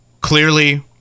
clearly